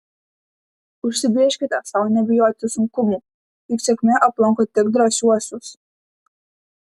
užsibrėžkite sau nebijoti sunkumų juk sėkmė aplanko tik drąsiuosius